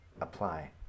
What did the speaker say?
apply